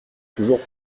toujours